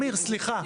עמיר, סליחה.